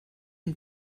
une